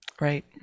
right